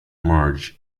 merge